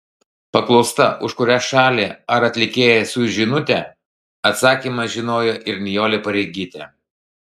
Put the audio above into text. paklausta už kurią šalį ar atlikėją siųs žinutę atsakymą žinojo ir nijolė pareigytė